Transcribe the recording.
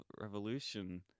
Revolution